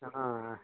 ಹಾಂ